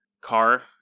car